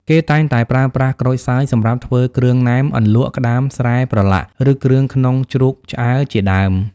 គេតែងតែប្រើប្រាស់ក្រូចសើចសម្រាប់ធ្វើគ្រឿងណែម អន្លក់ ក្តាមស្រែប្រឡាក់ ឬគ្រឿងក្នុងជ្រូកឆ្អើរជាដើម។